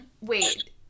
wait